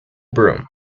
broom